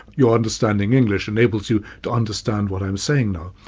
your understanding english enables you to understand what i'm saying now.